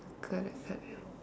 correct correct